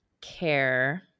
care